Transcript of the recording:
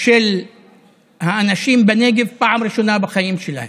של האנשים בנגב בפעם הראשונה בחיים שלהם,